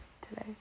today